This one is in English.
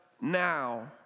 Now